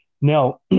Now